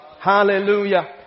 hallelujah